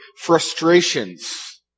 frustrations